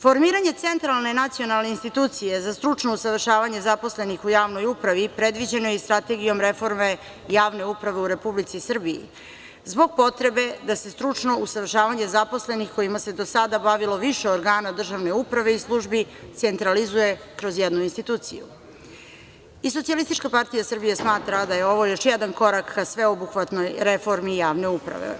Formiranje centralne nacionalne institucije za stručno usavršavanje zaposlenih u javnoj upravi, predviđenoj sa strategijom reforme javne uprave u Republici Srbiji, zbog potrebe da se stručno usavršavanje zaposlenih, kojima se do sada bavilo više organa državne uprave i službi centralizuje kroz jednu instituciju i SPS smatra da je ovo još jedan korak sveobuhvatnoj reformi javne uprave.